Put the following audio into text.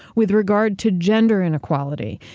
with regard to gender inequality,